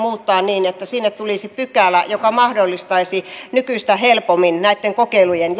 muuttaa niin että sinne tulisi pykälä joka mahdollistaisi nykyistä helpommin näitten kokeilujen